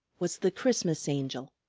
was the christmas angel.